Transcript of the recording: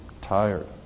tired